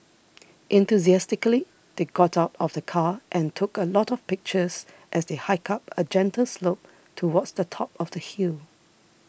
enthusiastically they got out of the car and took a lot of pictures as they hiked up a gentle slope towards the top of the hill